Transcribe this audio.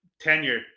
tenure